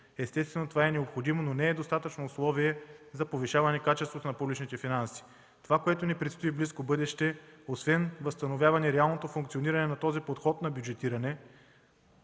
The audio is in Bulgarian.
Естествено, това е необходимо, но недостатъчно условие за повишаване качеството на публичните финанси. Това, което ни предстои в близко бъдеще, освен възстановяване реалното функциониране на този подход на бюджетиране,